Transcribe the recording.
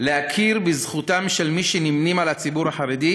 להכיר בזכותם של מי שנמנים עם הציבור החרדי,